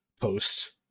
post